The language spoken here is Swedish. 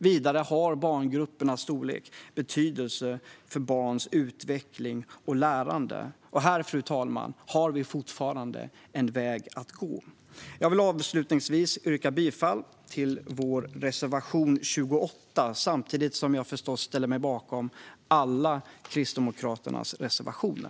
Vidare har barngruppernas storlek betydelse för barns utveckling och lärande. Här, fru talman, har vi fortfarande en väg att gå. Jag vill avslutningsvis yrka bifall till vår reservation 28, samtidigt som jag förstås ställer mig bakom alla Kristdemokraternas reservationer.